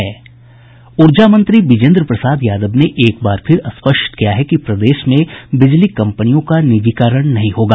ऊर्जा मंत्री बिजेन्द्र प्रसाद यादव ने एक बार फिर स्पष्ट किया है कि प्रदेश में बिजली कम्पनी का निजीकरण नहीं होगा